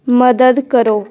ਮਦਦ ਕਰੋ